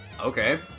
okay